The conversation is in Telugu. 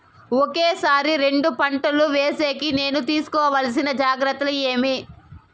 ఒకే సారి రెండు పంటలు వేసేకి నేను తీసుకోవాల్సిన జాగ్రత్తలు ఏమి?